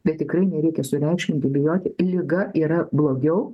bet tikrai nereikia sureikšminti bijoti liga yra blogiau